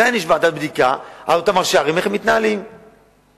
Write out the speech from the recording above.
עדיין יש ועדת בדיקה לבדוק איך מתנהלים אותם ראשי ערים.